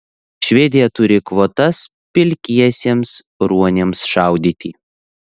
švedija turi kvotas pilkiesiems ruoniams šaudyti